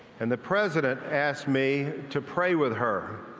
and the president asked me to pray with her.